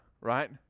right